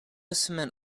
cement